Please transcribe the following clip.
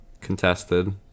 contested